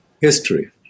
history